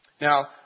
Now